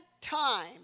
time